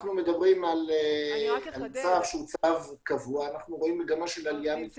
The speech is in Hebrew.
אנחנו מדברים על צו שהוא צו קבוע ועלייה מתמשכת.